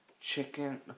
chicken